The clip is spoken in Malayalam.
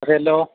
അതെല്ലോ